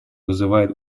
вызывает